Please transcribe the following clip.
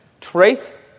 trace